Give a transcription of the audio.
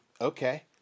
okay